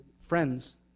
friends